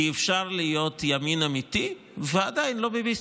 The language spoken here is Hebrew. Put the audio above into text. כי אפשר להיות ימין אמיתי ועדיין לא ביביסטי.